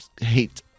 hate